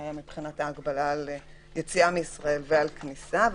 שהיה מבחינת היציאה מישראל וכניסה אליה,